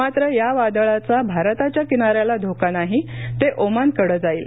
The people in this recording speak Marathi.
मात्र या वादळाचा भारताच्या किनाऱ्याला धोका नाही ते ओमानकडे जाईल